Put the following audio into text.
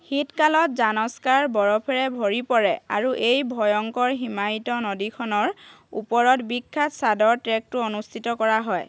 শীতকালত জানস্কাৰ বৰফেৰে ভৰি পৰে আৰু এই ভয়ংকৰ হিমায়িত নদীখনৰ ওপৰত বিখ্যাত চাদৰ ট্ৰেকটো অনুষ্ঠিত কৰা হয়